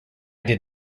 did